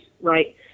right